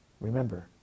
Remember